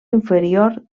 inferior